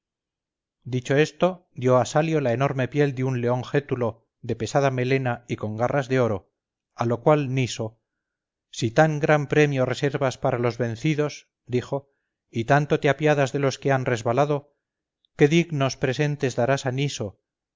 dicho esto dio a salio la enorme piel de un león gétulo de pesada melena y con garras de oro a lo cual niso si tan gran premio reservas para los vencido dijo y tanto te apiadas de los que han resbalado qué digno presentes darás a niso